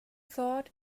thought